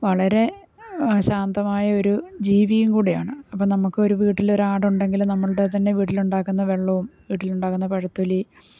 വളരെ ശാന്തമായൊരു ജീവിയും കൂടിയാണ് അപ്പം നമുക്കൊരു വീട്ടിൽ ഒരാടുണ്ടെങ്കിൽ നമ്മളുടെ തന്നെ വീട്ടിലുണ്ടാക്കുന്ന വെള്ളവും വീട്ടിലുണ്ടാകുന്ന പഴത്തൊലി